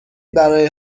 برای